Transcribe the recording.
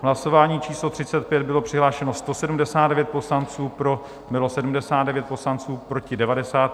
Hlasování číslo 35, bylo přihlášeno 179 poslanců, pro bylo 79 poslanců, proti 90.